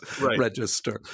register